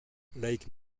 like